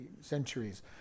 centuries